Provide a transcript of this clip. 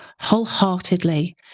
wholeheartedly